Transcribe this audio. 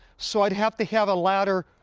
so i'd have to have a ladder,